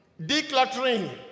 decluttering